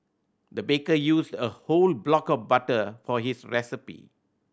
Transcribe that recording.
the baker used a whole block of butter for his recipe